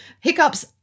hiccups